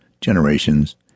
generations